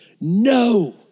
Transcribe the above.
no